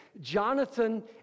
Jonathan